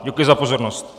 Děkuji za pozornost.